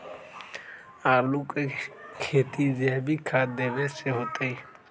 आलु के खेती जैविक खाध देवे से होतई?